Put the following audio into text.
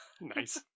Nice